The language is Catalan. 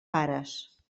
pares